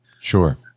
Sure